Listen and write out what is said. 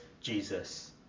Jesus